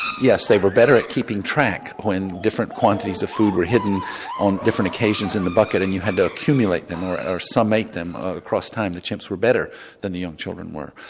yes, they were better at keeping track when different quantities of food were hidden on different occasions in the bucket and you had to accumulate them or or some ate them. across time the chimps were better than the young children were.